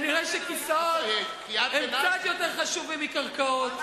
כנראה כיסאות הם קצת יותר חשובים מקרקעות.